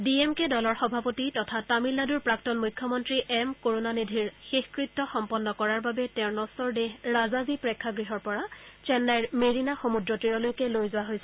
D M K দলৰ সভাপতি তথা তামিলনাডুৰ প্ৰাক্তন মুখ্যমন্ত্ৰী এম কৰুণানিধিৰ শেষকৃত্য সম্পন্ন কৰাৰ বাবে তেওঁৰ নশ্বৰ দেহ ৰাজাজী প্ৰেক্ষাগৃহৰ পৰা চেন্নাইৰ মেৰিনা সমুদ্ৰ তীৰলৈকে লৈ যোৱা হৈছে